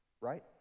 right